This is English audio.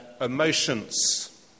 emotions